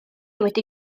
wedi